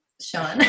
Sean